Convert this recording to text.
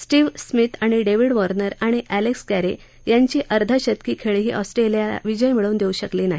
Steve Smith आणि डक्टिड Warner आणि एलक्सि कॅर यांची अर्धशतकीखळीही ऑस्ट्रवियाला विजय मिळवून दक्ति शकली नाही